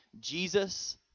Jesus